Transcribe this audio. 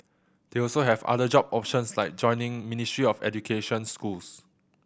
they also have other job options like joining Ministry of Education schools